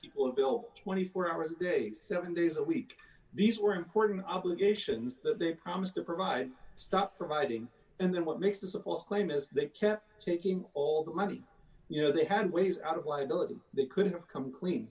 people built twenty four hours a day seven days a week these were important obligations that they promised to provide stop providing and then what makes the supposed claim is they kept taking all d that money you know they had ways out of liability they could have come clean